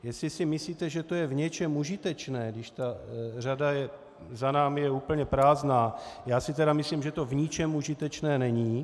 Jestli si myslíte, že to je v něčem užitečné, když ta řada za námi je úplně prázdná, já si tedy myslím, že to v ničem užitečné není.